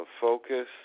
Focus